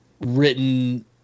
written